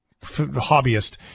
hobbyist